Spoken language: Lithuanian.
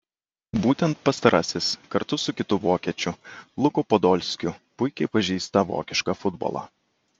būtent pastarasis kartu su kitu vokiečiu luku podolskiu puikiai pažįsta vokišką futbolą